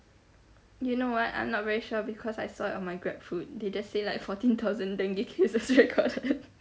you know what I'm not very sure because I saw it on my grab food they just say like fourteen thousand dengue cases recorded